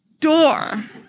door